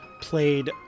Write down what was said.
played